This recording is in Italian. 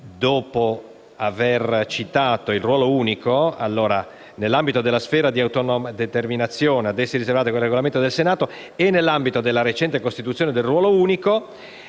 e l'Ufficio di Presidenza, nell'ambito della sfera di autonoma determinazione ad essi riservata dal Regolamento del Senato e nell'ambito della recente costituzione del ruolo unico,